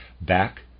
back